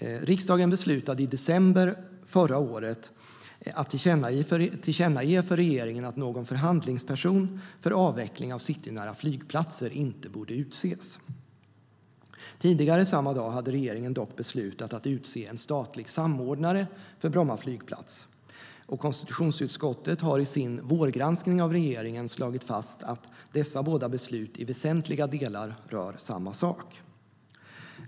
Riksdagen beslutade i december förra året att tillkännage för regeringen att någon förhandlingsperson för avveckling av citynära flygplatser inte borde utses. Tidigare samma dag hade regeringen dock beslutat att utse en statlig samordnare för Bromma flygplats. Konstitutionsutskottet har i sin vårgranskning av regeringen slagit fast att dessa båda beslut i väsentliga delar rör samma sak.